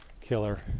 killer